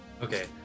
okay